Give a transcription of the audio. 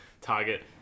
target